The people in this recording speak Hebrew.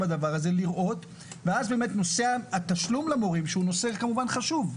לראות ואז באמת נושא התשלום למורים שהוא נושא כמובן חשוב,